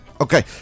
Okay